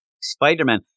Spider-Man